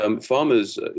Farmers